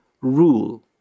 rule